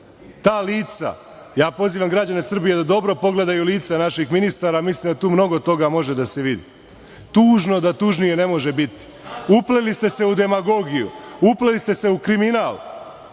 Ta lica, ja pozivam građane Srbije da dobro pogledaju lica naših ministara, mislim da tu mnogo toga može da se vidi. Tužno da tužnije ne može biti. Upleli ste se u demagogiju. Upleli ste se u kriminal,